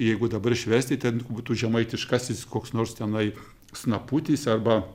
jeigu dabar švęsti ten būtų žemaitiškasis koks nors tenai snaputis arba